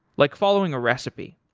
like following a recipe.